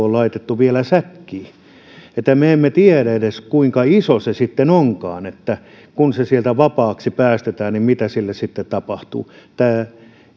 joka on laitettu vielä säkkiin me emme tiedä edes kuinka iso se sitten onkaan ja kun se sieltä vapaaksi päästetään niin mitä sille sitten tapahtuu tämä